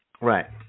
Right